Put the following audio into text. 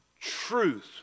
truth